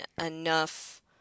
enough